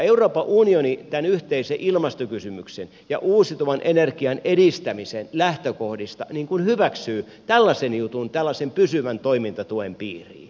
euroopan unioni tämän yhteisen ilmastokysymyksen ja uusiutuvan energian edistämisen lähtökohdista hyväksyy tällaisen jutun tällaisen pysyvän toimintatuen piiriin